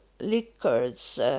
liquors